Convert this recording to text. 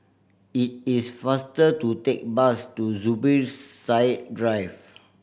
it is faster to take bus to Zubir Said Drive